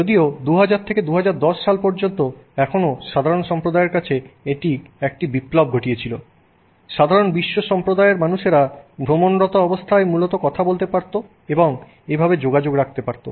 যদিও 2000 থেকে 2010 সাল পর্যন্তএখনো সাধারন সম্প্রদায়ের কাছে একটি বিপ্লব ঘটিয়েছিল সাধারণ বিশ্ব সম্প্রদায়ের মানুষেরা ভ্রমণরত অবস্থায় মূলত কথা বলতে পারতো এবং এভাবে যোগাযোগ রাখতে পারতো